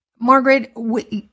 Margaret